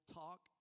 talk